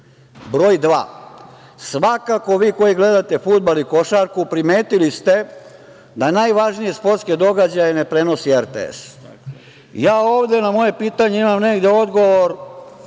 RTS.Broj 2. Svakako vi koji gledate fudbal i košarku primetili ste da najvažnije sportske događaje ne prenosi RTS. Ja ovde na moje pitanje imam negde odgovor